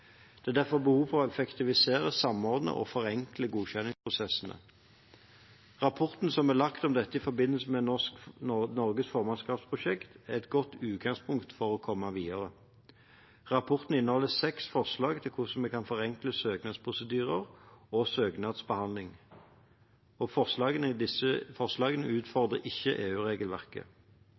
Det er derfor behov for å effektivisere, samordne og forenkle godkjenningsprosessene. Rapporten som er laget om dette i forbindelse med Norges formannskapsprosjekt, er et godt utgangspunkt for å komme videre. Rapporten inneholder seks forslag til hvordan vi kan forenkle søknadsprosedyrer og søknadsbehandling. Forslagene